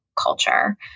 culture